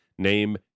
name